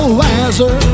wiser